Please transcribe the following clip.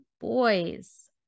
boys